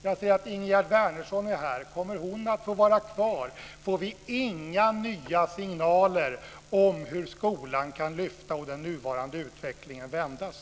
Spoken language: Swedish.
Jag ser att Ingegerd Wärnersson är här. Kommer hon att vara kvar? Får vi inga nya signaler om hur skolan kan lyfta och den nuvarande utvecklingen vändas?